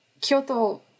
Kyoto